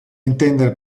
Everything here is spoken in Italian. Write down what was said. intendere